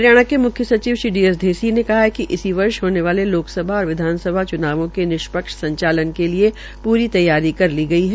हरियाणा के म्ख्यसचिव D S ऐसी ने कहा है कि इस वर्ष होने वाले लोकसभा और विधानसभा चुनावों के निष्पक्ष संचालन के लिये पूरी तैयारी कर ली गई है